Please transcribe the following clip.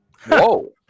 Whoa